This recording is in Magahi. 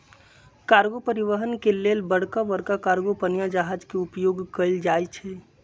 कार्गो परिवहन के लेल बड़का बड़का कार्गो पनिया जहाज के उपयोग कएल जाइ छइ